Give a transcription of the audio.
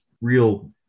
real